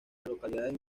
localidades